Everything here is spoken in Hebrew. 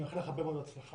אני מאחל לך הרבה מאוד בהצלחה